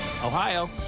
Ohio